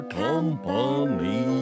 company